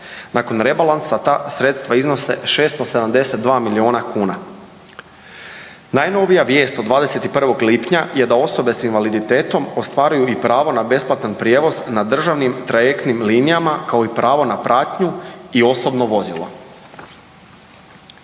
nakon rebalansa ta sredstva iznose 672 miliona kuna. Najnovija vijest od 21. lipnja je da osobe s invaliditetom ostvaruju i pravo na besplatan prijevoz na državnim trajektnim linijama kao i pravo na pratnju i osobno vozilo.